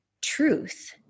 truth